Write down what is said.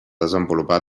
desenvolupar